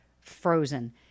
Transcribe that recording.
frozen